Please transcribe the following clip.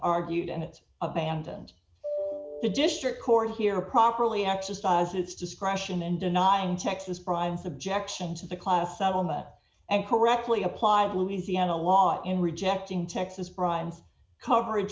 argued and it abandoned the district court here properly exercised its discretion in denying texas prime's objections to the class settlement and correctly applied louisiana law in rejecting texas prime's coverage